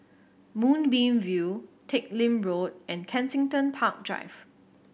Moonbeam View Teck Lim Road and Kensington Park Drive